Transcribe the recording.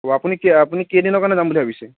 আপুনি কি আপুনি কেইদিনৰ কাৰণে যাম বুলি ভাবিছে